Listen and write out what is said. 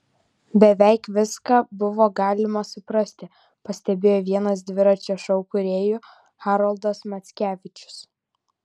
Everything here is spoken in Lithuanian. beveik viską buvo galima suprasti pastebėjo vienas dviračio šou kūrėjų haroldas mackevičius